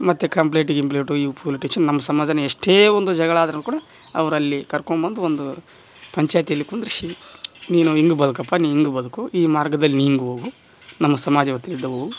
ಮತ್ತು ಕಂಪ್ಲೇಂಟ್ ಗಿಂಪ್ಲೇಂಟು ಈ ಪೊಲಿಸ್ ಟೇಶನ್ ನಮ್ಮ ಸಮಾಜನ ಎಷ್ಟೇ ಒಂದು ಜಗಳ ಆದ್ರುನು ಕೂಡ ಅವರಲ್ಲಿ ಕರ್ಕೊಂಬಂದು ಒಂ ದುಪಂಚಾಯ್ತಿಯಲ್ಲಿ ಕುಂದರಿಸಿ ನೀನು ಹಿಂಗ್ ಬದುಕಪ್ಪ ನೀ ಹಿಂಗ್ ಬದುಕು ಈ ಮಾರ್ಗದಲ್ಲಿ ನೀ ಹಿಂಗ್ ಹೋಗು ನಮ್ಮ ಸಮಾಜವ ತಿಳ್ದವು ಅವು